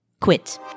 Quit